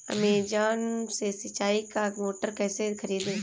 Amazon से सिंचाई का मोटर कैसे खरीदें?